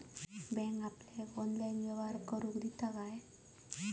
Bank आपल्याला online व्यवहार करायला देता काय?